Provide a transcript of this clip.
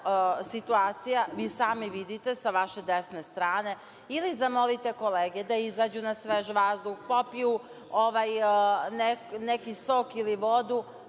situacija, vi i sami vidite, sa vaše desne strane. Ili zamolite kolege da izađu na svež vazduh, popiju neki sok ili vodu,